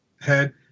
head